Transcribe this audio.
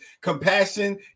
compassion